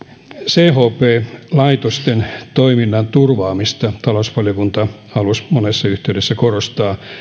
chp laitosten toiminnan turvaamista talousvaliokunta halusi monessa yhteydessä korostaa